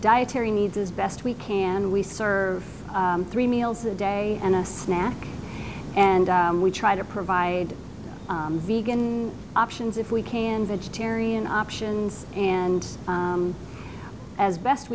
dietary needs as best we can we serve three meals a day and a snack and we try to provide vegan options if we can vegetarian options and as best